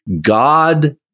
God